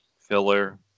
filler